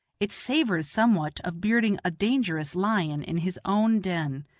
it savors somewhat of bearding a dangerous lion in his own den.